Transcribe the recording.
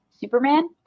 Superman